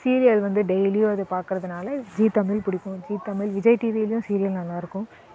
serial வந்து டெய்லியும் அது பார்க்கறதுனால ஜீ தமிழ் பிடிக்கும் ஜீ தமிழ் விஜய் டிவியிலியும் சீரியல் நல்லாயிருக்கும்